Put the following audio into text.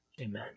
Amen